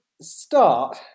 start